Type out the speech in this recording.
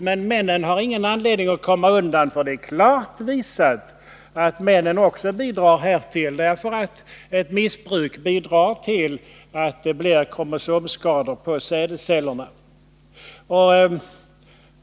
Men männen har också del i detta, för det är klart visat att männen också bidrar härtill; ett missbruk kan bidra till att det uppstår kromosomskador på sädescellerna.